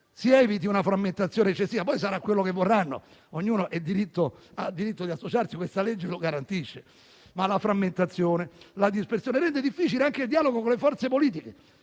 si eviti la frammentazione eccessiva. Poi sarà quello che vorranno: ognuno ha diritto di associarsi e questa legge lo garantisce, ma la dispersione rende difficile anche il dialogo con le forze politiche.